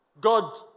God